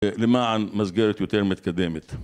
למען מסגרת יותר מתקדמת